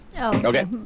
Okay